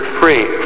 free